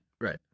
right